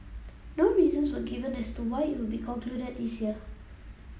no reasons were given as to why it will be concluded this year